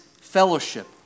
fellowship